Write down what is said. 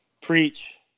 preach